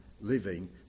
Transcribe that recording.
living